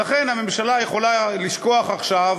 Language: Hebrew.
לכן הממשלה יכולה לשכוח עכשיו